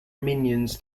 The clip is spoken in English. minions